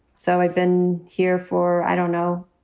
so i've been here for, i don't know,